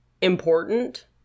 important